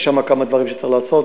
יש שם כמה דברים שצריך לעשות.